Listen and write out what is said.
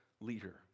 leader